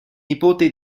nipote